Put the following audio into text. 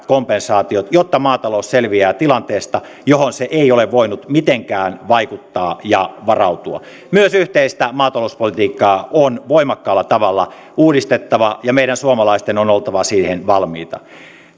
kompensaatiot jotta maatalous selviää tilanteesta johon se ei ole voinut mitenkään vaikuttaa ja varautua myös yhteistä maatalouspolitiikkaa on voimakkaalla tavalla uudistettava ja meidän suomalaisten on oltava siihen valmiita